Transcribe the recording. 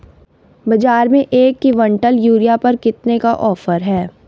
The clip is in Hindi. बाज़ार में एक किवंटल यूरिया पर कितने का ऑफ़र है?